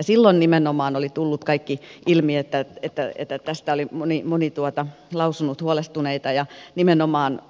silloin nimenomaan oli tullut ilmi ja tästä oli moni lausunut ja oli monia huolestuneita ja